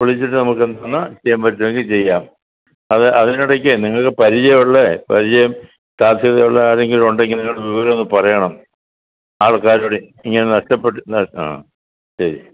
വിളിച്ചിട്ട് നമുക്ക് എന്തെന്നാ ചെയ്യാൻ പറ്റുമെങ്കിൽ ചെയ്യാം അത് അതിനിടയ്ക്ക് നിങ്ങൾക്ക് പരിചയമുള്ള പരിചയം സാധ്യത ഉള്ള ആരെങ്കിലും ഉണ്ടെങ്കിൽ നിങ്ങൾ വിവരം ഒന്ന് പറയണം ആൾക്കാരോട് ഇങ്ങനെ നഷ്ടപ്പെട്ടു ന ആ ശരി